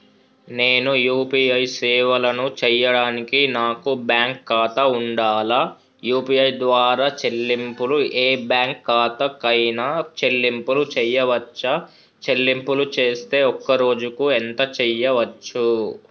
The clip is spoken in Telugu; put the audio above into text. నేను యూ.పీ.ఐ సేవలను చేయడానికి నాకు బ్యాంక్ ఖాతా ఉండాలా? యూ.పీ.ఐ ద్వారా చెల్లింపులు ఏ బ్యాంక్ ఖాతా కైనా చెల్లింపులు చేయవచ్చా? చెల్లింపులు చేస్తే ఒక్క రోజుకు ఎంత చేయవచ్చు?